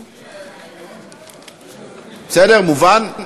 בסדר, מובן?